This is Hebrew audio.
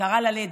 כרעה ללדת.